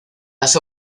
las